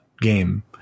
game